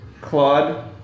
claude